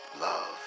Love